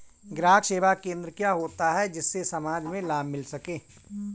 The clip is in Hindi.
ग्राहक सेवा केंद्र क्या होता है जिससे समाज में लाभ मिल सके?